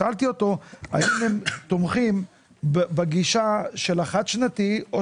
שאלתי אותו האם הם תומכים בגישה של החד-שנתי.